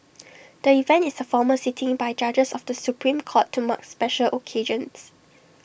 the event is A formal sitting by judges of the Supreme court to mark special occasions